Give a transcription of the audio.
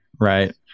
Right